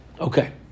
Okay